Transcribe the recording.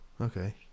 okay